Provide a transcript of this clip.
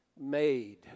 made